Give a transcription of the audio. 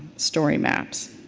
story maps.